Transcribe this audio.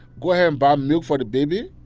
go and buy milk for the baby.